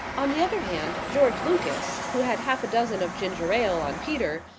on the other hand, george lucas, who had half-a-dozen of ginger-ale on peter,